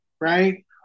right